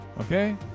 Okay